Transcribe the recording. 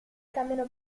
scambiano